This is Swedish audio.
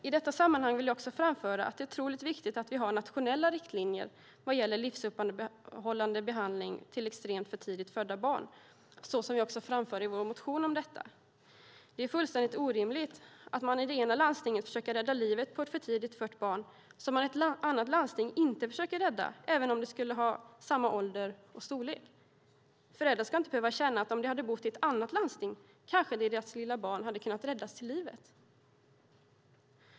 I detta sammanhang vill jag också framföra att det är otroligt viktigt att vi har nationella riktlinjer vad gäller livsuppehållande behandling till extremt för tidigt födda barn, såsom vi också framför i vår motion om detta. Det är fullständigt orimligt att man i det ena landstinget försöker rädda livet på ett för tidigt fött barn som man i ett annat landsting inte skulle försöka rädda även om det skulle ha samma ålder och storlek. Föräldrar ska inte behöva känna att om de hade bott i ett annat landsting kanske deras lilla barn hade kunnat räddas till livet.